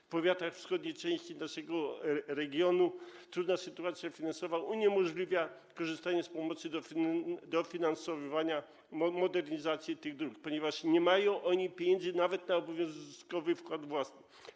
W powiatach wschodniej części naszego regionu trudna sytuacja finansowa uniemożliwia korzystanie z pomocy, dofinansowywania modernizacji tych dróg, ponieważ nie mają one pieniędzy nawet na obowiązkowy wkład własny.